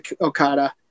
Okada